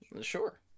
sure